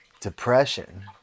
depression